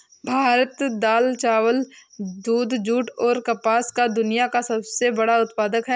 भारत दाल, चावल, दूध, जूट, और कपास का दुनिया का सबसे बड़ा उत्पादक है